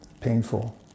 painful